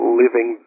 living